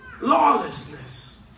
Lawlessness